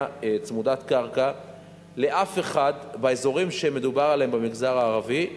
צמודת קרקע באזורים שמדובר עליהם במגזר הערבי,